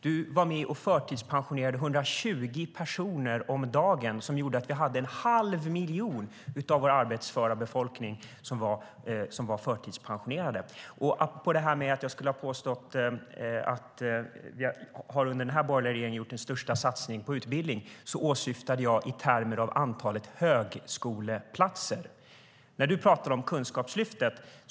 Du var med och förtidspensionerade 120 personer om dagen, vilket gjorde att en halv miljon av vår arbetsföra befolkning var förtidspensionerade. Apropå att jag skulle ha påstått att vi under den borgerliga regeringsperioden har gjort den största satsningen på utbildning åsyftade jag antalet högskoleplatser. Du talar om Kunskapslyftet.